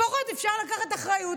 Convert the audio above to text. לפחות אפשר לקחת אחריות.